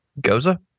Goza